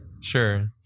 Sure